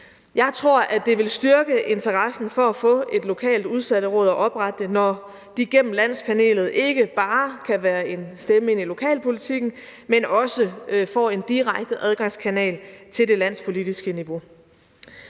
Jeg tror, at det vil styrke interessen for at få et lokalt udsatteråd og oprette det, når de igennem landspanelet ikke bare kan være en stemme i lokalpolitikken, men også får en direkte adgangskanal til det landspolitiske niveau.